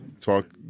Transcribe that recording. talk